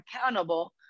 accountable